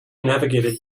navigated